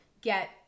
get